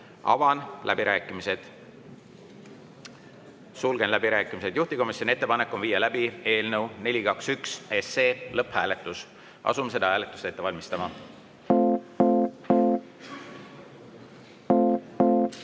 Avan läbirääkimised. Sulgen läbirääkimised. Juhtivkomisjoni ettepanek on viia läbi eelnõu 421 lõpphääletus. Asume seda hääletust ette valmistama.